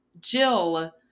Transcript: Jill